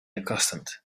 accustomed